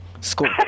school